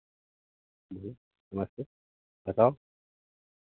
जी नमस्ते बताओ